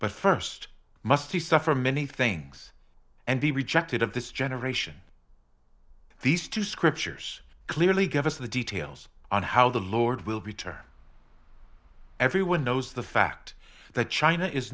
st must he suffer many things and be rejected of this generation these two scriptures clearly give us the details on how the lord will be turned everyone knows the fact that china is